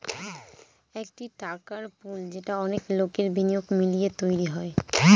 একটি টাকার পুল যেটা অনেক লোকের বিনিয়োগ মিলিয়ে তৈরী হয়